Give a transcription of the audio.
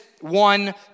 one